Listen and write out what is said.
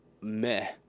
meh